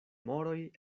moroj